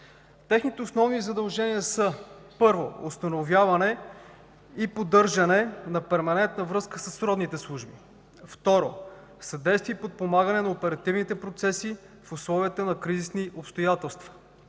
Техните основни задължения са: 1. установяване и поддържане на перманентна връзка със сродните служби; 2. съдействие и подпомагане на оперативните процеси в условията на кризисни обстоятелства;